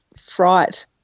fright